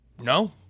No